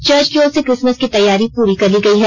church की ओर से क्रिसमस की तैयारी पूरी कर ली गई है